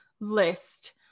list